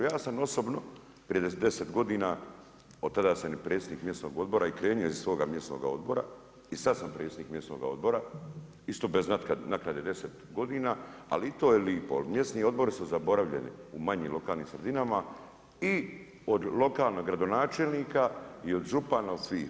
Ja sam osobno prije 10 godina, od tada sam i predsjednik mjesnog odbora i krenuo iz svoga mjesnoga odbora i sada sam predsjednik mjesnoga odbora, isto bez naknade 10 godina ali i to je lijepo, ali mjesni odbori su zaboravljeni u manjim lokalnim sredinama i od lokalnog gradonačelnika i od župana, od svih.